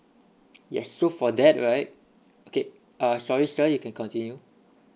yes so for that right okay uh sorry sir you can continue